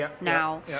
now